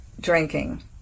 drinking